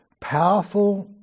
powerful